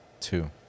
two